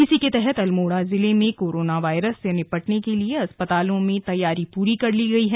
इसी के तहत अल्मोड़ा जिले में कोरोना वायरस से निपटने के लिए अस्पतालों में तैयारी पूरी कर ली गई है